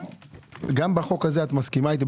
גם בחוק הזה את מסכימה איתי,